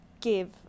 give